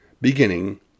beginning